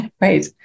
Right